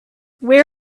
where